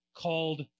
called